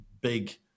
big